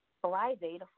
Friday